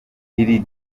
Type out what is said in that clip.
lil